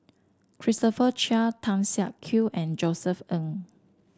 Christopher Chia Tan Siak Kew and Josef Ng